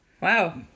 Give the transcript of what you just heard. wow